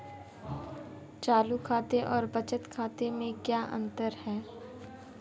चालू खाते और बचत खाते में क्या अंतर है?